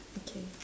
okay